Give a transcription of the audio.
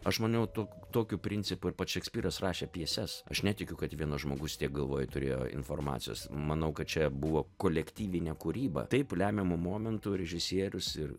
aš maniau tu tokiu principu ir pats šekspyras rašė pjeses aš netikiu kad vienas žmogus tiek galvoj turėjo informacijos manau kad čia buvo kolektyvinė kūryba taip lemiamu momentu režisierius ir